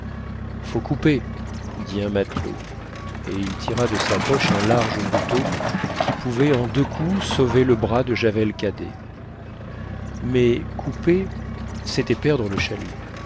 faut couper dit un matelot et il tira de sa poche un large couteau qui pouvait en deux coups sauver le bras de javel cadet mais couper c'était perdre le chalut